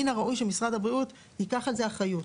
מן הראוי שמשרד הבריאות ייקח על זה אחריות.